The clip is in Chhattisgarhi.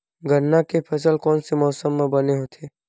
गन्ना के फसल कोन से मौसम म बने होथे?